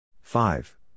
Five